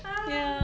ah